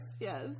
yes